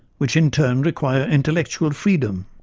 which in turn require intellectual freedom.